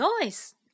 noise